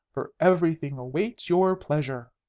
for everything waits your pleasure!